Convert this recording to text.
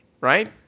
right